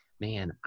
man